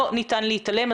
לא ניתן להתעלם מהמספר הזה.